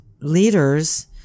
leaders